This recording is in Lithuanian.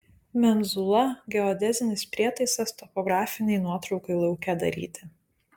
menzula geodezinis prietaisas topografinei nuotraukai lauke daryti